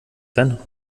dann